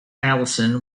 allison